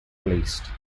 released